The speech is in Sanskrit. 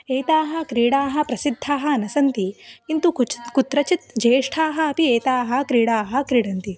एताः क्रीडाः प्रसिद्धाः न सन्ति किन्तु क्वचित् कुत्रचित् ज्येष्ठाः अपि एताः क्रीडाः क्रीडन्ति